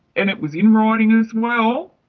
and it was in writing as well,